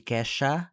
Kesha